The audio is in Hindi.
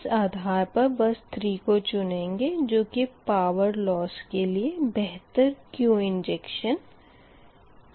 इस आधार पर बस 3 को चुनेंगे जो की पावर लॉस के लिए बेहतर Q इंजेक्शन माना गया है